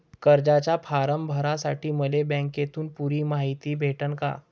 कर्जाचा फारम भरासाठी मले बँकेतून पुरी मायती भेटन का?